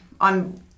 on